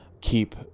keep